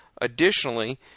Additionally